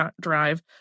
drive